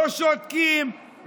לא שותקים,